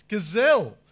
Gazelle